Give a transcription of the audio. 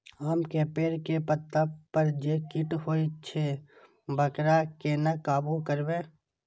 आम के पेड़ के पत्ता पर जे कीट होय छे वकरा केना काबू करबे?